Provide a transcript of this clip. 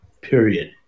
period